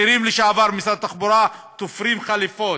בכירים לשעבר במשרד התחבורה תופרים חליפות.